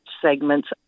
segments